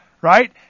right